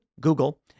Google